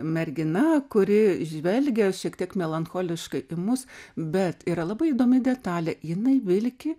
mergina kuri žvelgia šiek tiek melancholiškai į mus bet yra labai įdomi detalė jinai vilki